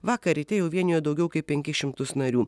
vakar ryte jau vienijo daugiau kaip penkis šimtus narių